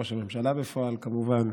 ראש הממשלה בפועל, כמובן,